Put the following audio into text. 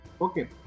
Okay